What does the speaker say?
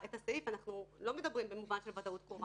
אנחנו לא מדברים במובן של "ודאות קרובה",